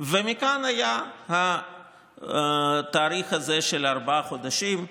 ומכאן היה התאריך הזה של ארבעה חודשים.